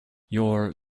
your